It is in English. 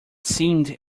seemed